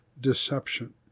deception